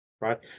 right